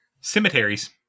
Cemeteries